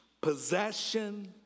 possession